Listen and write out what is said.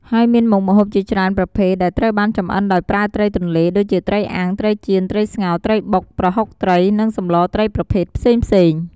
ហើយមានមុខម្ហូបជាច្រើនប្រភេទដែលត្រូវបានចម្អិនដោយប្រើត្រីទន្លេ ដូចជាត្រីអាំង ត្រីចៀន ត្រីស្ងោរ ត្រីបុក ប្រហុកត្រី និងសម្លត្រីប្រភេទផ្សេងៗ។